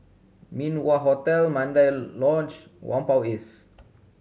Min Wah Hotel Mandai Lodge Whampoa East